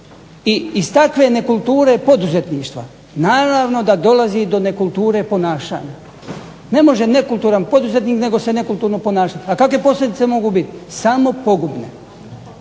I iz takve nekulture poduzetništva naravno da dolazi do nekulture ponašanja. Ne može nekulturan poduzetnik nego se nekulturno ponašati. A kakve posljedice mogu biti? Samo pogubne.